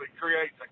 creates